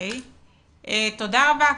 תודה רבה.